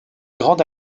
grande